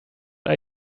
are